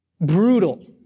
brutal